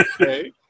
Okay